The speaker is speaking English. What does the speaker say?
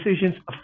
decisions